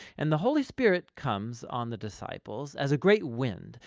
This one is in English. and the holy spirit comes on the disciples as a great wind,